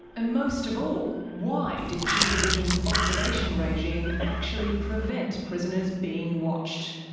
and most of all, why did g division's observation regime actually prevent prisoners being watched?